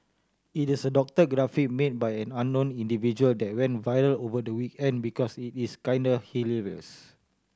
it is a doctor graphic made by an unknown individual that went viral over the weekend because it is kinda hilarious